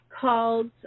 called